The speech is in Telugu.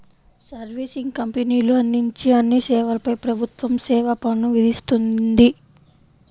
సర్వీసింగ్ కంపెనీలు అందించే అన్ని సేవలపై ప్రభుత్వం సేవా పన్ను విధిస్తుంది